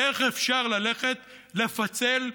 איך אפשר ללכת לפצל ולמשול,